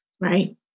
Right